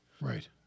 Right